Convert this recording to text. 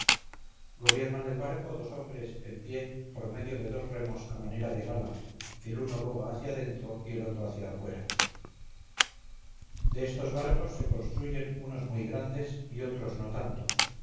gobiernan el barco dos hombres en pie por medio de dos remos a manera de gala el uno boga hacia adentro y el otro hacia afuera de estos barcos se construyen unos muy grandes y otros no tanto